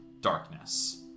darkness